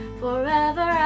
forever